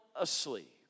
asleep